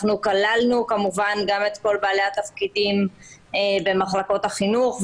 אנחנו כללנו כמובן גם את כל בעלי התפקידים במחלקות החינוך.